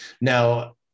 Now